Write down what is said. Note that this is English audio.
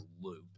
loop